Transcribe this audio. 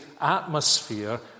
atmosphere